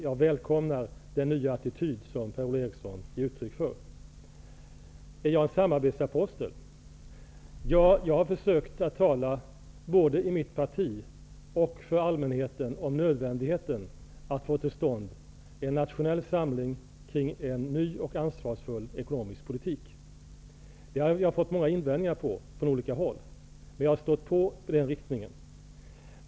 Jag välkomnar den nya attityd som Per-Ola Eriksson ger uttryck för. Är jag en samarbetsapostel? Ja, jag har försökt att tala både i mitt parti och för allmänheten om nödvändigheten av att få till stånd en nationell samling kring en ny och ansvarsfull ekonomisk politik. Mot det har jag fått många invändningar från olika håll. Men jag har stått på mig för den inriktningen.